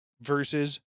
versus